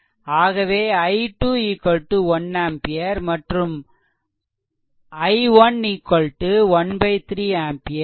ஆகவே i2 1 ampere மற்றும் i1 13 ampere